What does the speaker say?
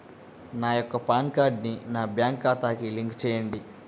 నా యొక్క పాన్ కార్డ్ని నా బ్యాంక్ ఖాతాకి లింక్ చెయ్యండి?